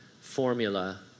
formula